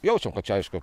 jaučiam kad čia aišku